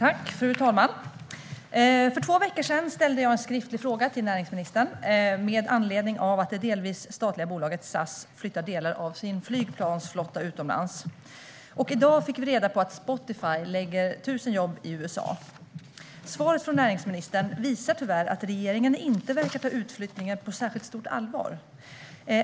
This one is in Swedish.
Fru talman! För två veckor sedan ställde jag en skriftlig fråga till näringsministern med anledning av att det delvis statliga bolaget SAS flyttar delar av sin flygplansflotta utomlands. I dag fick vi också reda på att Spotify förlägger 1 000 jobb till USA. Näringsministerns svar på min skriftliga fråga visar tyvärr att regeringen inte verkar ta utflyttningen på särskilt stort ansvar.